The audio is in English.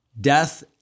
Death